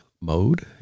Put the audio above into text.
Mode